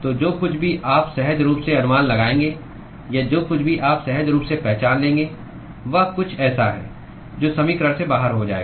तो जो कुछ भी आप सहज रूप से अनुमान लगाएंगे या जो कुछ भी आप सहज रूप से पहचान लेंगे वह कुछ ऐसा है जो समीकरण से बाहर हो जाएगा